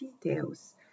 details